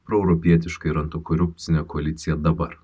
proeuropietiška ir anto korupcinė koalicija dabar